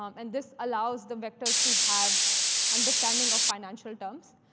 um and this allows the vectors to have understanding of financial terms.